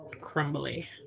crumbly